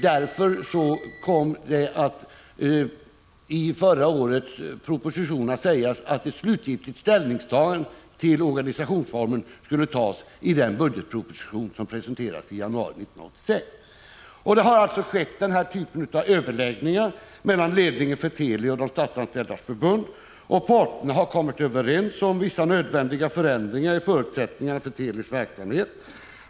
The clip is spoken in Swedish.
Därför kom det i förra årets proposition att sägas att slutgiltig ställning till organisationsformen skulle tas i den budgetproposition som presenterades i januari 1986. Det har alltså skett den här typen av överläggningar mellan ledningen för Teli och Statsanställdas förbund. Parterna har kommit överens om vissa nödvändiga förändringar i förutsättningarna för Telis verksamhet.